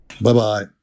Bye-bye